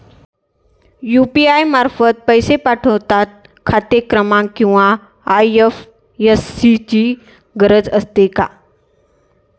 UPI मार्फत पैसे पाठवता खाते क्रमांक किंवा आय.एफ.एस.सी ची गरज असते का?